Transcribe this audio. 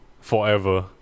forever